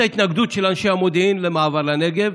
ההתנגדות של אנשי המודיעין למעבר לנגב,